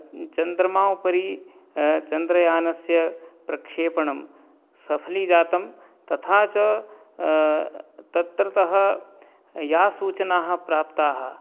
चन्द्रमा उपरि चन्द्रयानस्य प्रक्षेपणं सफलीजातं तथा च ततः या सूचनाः प्राप्ताः